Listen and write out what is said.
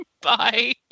bye